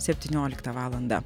septynioliktą valandą